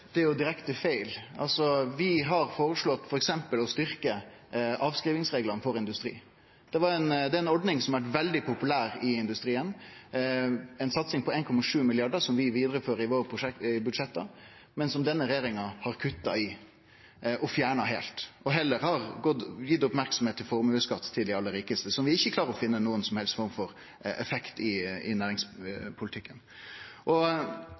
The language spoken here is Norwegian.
Det vil gi røde tall, ikke grønne arbeidsplasser. Torgeir Knag Fylkesnes – til oppfølgingsspørsmål. Det er direkte feil. Vi har f.eks. føreslått å styrkje avskrivingsreglane for industri. Det er ei ordning som har vore veldig populær i industrien, ei satsing på 1,7 mrd. kr som vi vidarefører i budsjetta våre, men som denne regjeringa har kutta i og fjerna heilt, og heller har gitt merksemd til formuesskatt til dei aller rikaste – som vi ikkje klarer å finne noka som helst form for effekt av i